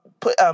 Put